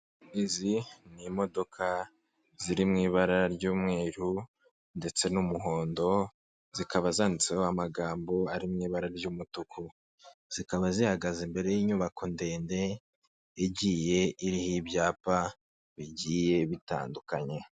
Izo ni imodoka ziri mu ibara ry'umweru ndetse n'umuhondo zikaba zanditseho amagambo ari mu ibara ry'umutuku zikaba zihagaze imbere y'inyubako ndende igiye iriho ibyapa bigiye bitandukanye.